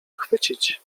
chwycić